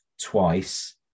twice